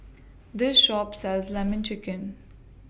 This Shop sells Lemon Chicken